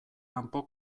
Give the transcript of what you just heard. kanpo